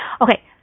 Okay